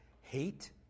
hate